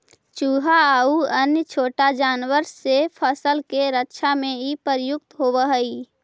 चुहा आउ अन्य छोटा जानवर से फसल के रक्षा में इ प्रयुक्त होवऽ हई